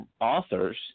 authors